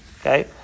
Okay